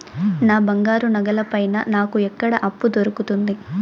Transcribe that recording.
నా బంగారు నగల పైన నాకు ఎక్కడ అప్పు దొరుకుతుంది